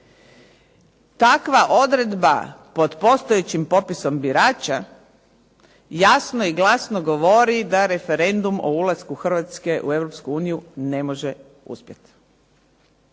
Takva odredba pod postojećim popisom birača, jasno i glasno govori da referendum o ulasku Hrvatske u Europsku uniju ne može uspjeti.